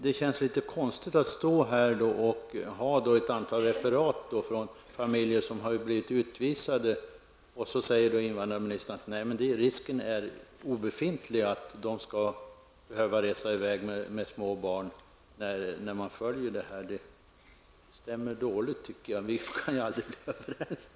Det känns litet konstigt att stå här med ett antal referat om fall där familjer har blivit utvisade, när invandrarministern nu säger att risken är obefintlig att de skall behöva resa i väg med småbarn om regeln följs. Det stämmer dåligt. Vi kan väl aldrig bli överens.